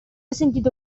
sentito